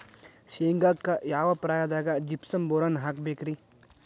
ಶೇಂಗಾಕ್ಕ ಯಾವ ಪ್ರಾಯದಾಗ ಜಿಪ್ಸಂ ಬೋರಾನ್ ಹಾಕಬೇಕ ರಿ?